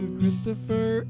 Christopher